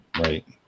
Right